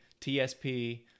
TSP